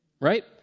right